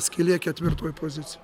skylė ketvirtoj pozicijoj